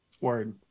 Word